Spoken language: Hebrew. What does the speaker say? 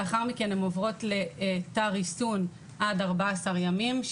לאחר מכן הן עוברות לתא ריסון עד 14 ימים,